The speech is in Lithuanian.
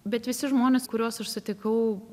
bet visi žmonės kuriuos aš sutikau